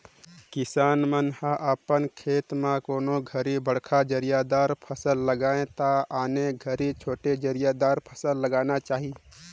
किसान मन ह अपन खेत म कोनों घरी बड़खा जरिया दार फसल लगाये त आने घरी छोटे जरिया दार फसल लगाना चाही